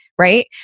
right